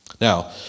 Now